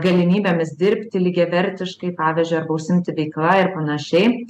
galimybėmis dirbti lygiavertiškai pavyzdžiui arba užsiimti veikla ir panašiai